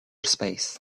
space